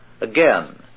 Again